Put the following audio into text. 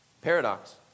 Paradox